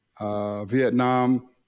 Vietnam